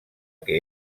que